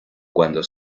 cuando